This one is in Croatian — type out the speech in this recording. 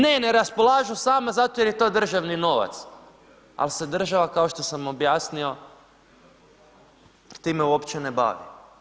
Ne, ne raspolažu sama zato jer je to državni novac, al se država kao što sam objasnio time uopće ne bavi.